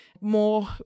more